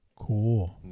Cool